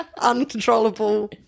uncontrollable